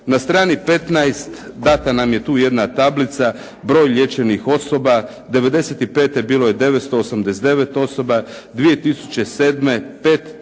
Na strani 15. data nam je tu jedna tablica, broj liječenih osoba. 95. bilo je 989 osoba, 2007. 5